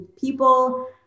people